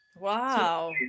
Wow